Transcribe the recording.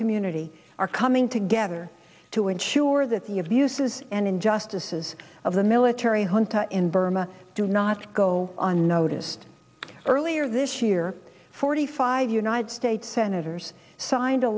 community are coming together to ensure that the abuses and injustices of the military junta in burma do not go unnoticed earlier this year forty five united states senators signed a